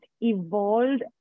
evolved